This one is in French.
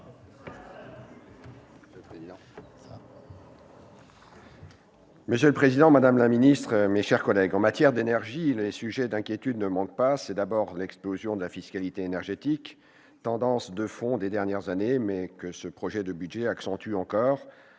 Monsieur le président, madame la ministre, mes chers collègues, en matière d'énergie, les sujets d'inquiétude ne manquent pas. C'est d'abord l'explosion de la fiscalité énergétique, une tendance de fond des dernières années que ce projet de budget accentue encore,